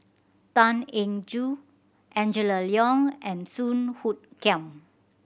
Tan Eng Joo Angela Liong and Song Hoot Kiam